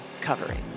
covering